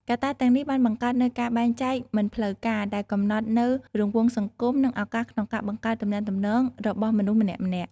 កត្តាទាំងនេះបានបង្កើតនូវការបែងចែកមិនផ្លូវការ ដែលកំណត់នូវរង្វង់សង្គមនិងឱកាសក្នុងការបង្កើតទំនាក់ទំនងរបស់មនុស្សម្នាក់ៗ។